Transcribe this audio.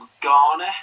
Garner